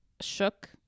shook